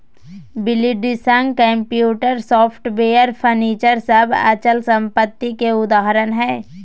buildings, computer, software, furniture सब अचल संपत्ति के उदाहरण हय